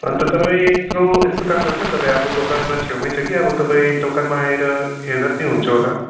अन्त तपाईँ यत्रो यस्तो काम गर्नु तपाईँ अब दोकानमा छेउमै छ कि अब तपाईँ दोकानमा आएर हेर्दा पनि हुन्छ होला